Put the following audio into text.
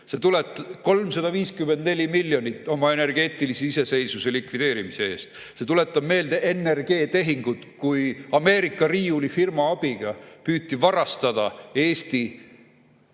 karikatuur: 354 miljonit oma energeetilise iseseisvuse likvideerimise eest. See tuletab meelde NRG-tehingut, kui Ameerika riiulifirma abiga püüti varastada Eesti